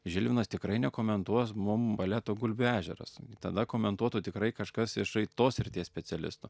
žilvinas tikrai nekomentuos mum baleto gulbių ežeras tada komentuotų tikrai kažkas iš tos srities specialistų